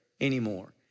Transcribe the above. anymore